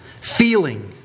Feeling